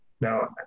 Now